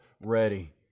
ready